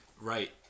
Right